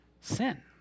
sin